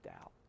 out